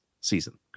season